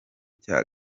cya